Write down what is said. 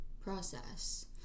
process